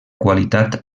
qualitat